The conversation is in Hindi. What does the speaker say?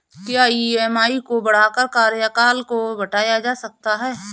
क्या ई.एम.आई को बढ़ाकर कार्यकाल को घटाया जा सकता है?